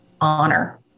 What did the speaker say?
honor